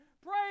Pray